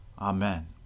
Amen